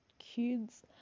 kids